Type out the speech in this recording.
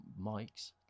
mics